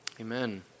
Amen